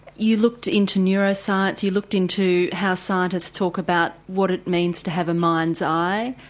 you looked into neuroscience, you looked into how scientists talk about what it means to have a mind's eye,